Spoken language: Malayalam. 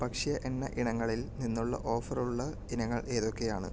ഭക്ഷ്യഎണ്ണ ഇനങ്ങളിൽ നിന്നുള്ള ഓഫറുള്ള ഇനങ്ങൾ ഏതൊക്കെയാണ്